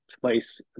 place